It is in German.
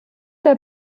der